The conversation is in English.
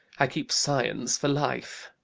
i keep science for life.